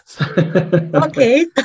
Okay